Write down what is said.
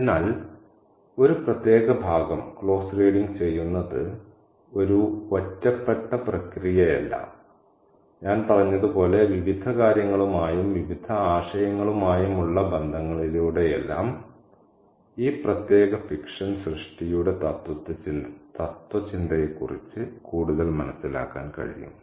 അതിനാൽ ഒരു പ്രത്യേക ഭാഗം ക്ലോസ് റീഡിങ് ചെയ്യുന്നത് ഒരു ഒറ്റപ്പെട്ട പ്രക്രിയയല്ല ഞാൻ പറഞ്ഞതുപോലെ വിവിധ കാര്യങ്ങളുമായും വിവിധ ആശയങ്ങളുമായും ഉള്ള ബന്ധങ്ങളിലൂടെയെല്ലാം ഈ പ്രത്യേക ഫിക്ഷൻ സൃഷ്ടിയുടെ തത്ത്വചിന്തയെക്കുറിച്ച് കൂടുതൽ മനസ്സിലാക്കാൻ കഴിയും